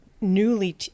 newly